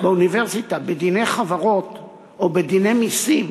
באוניברסיטה בדיני חברות או בדיני מסים